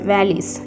Valleys